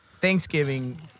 Thanksgiving